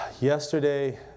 yesterday